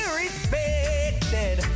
respected